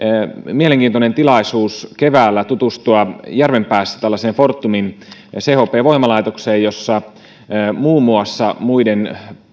mielenkiintoinen tilaisuus keväällä tutustua järvenpäässä fortumin chp voimalaitokseen jossa muiden